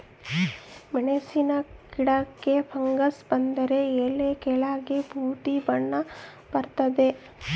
ಮೆಣಸಿನ ಗಿಡಕ್ಕೆ ಫಂಗಸ್ ಬಂದರೆ ಎಲೆಯ ಕೆಳಗೆ ಬೂದಿ ಬಣ್ಣ ಬರ್ತಾದೆ